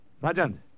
Sergeant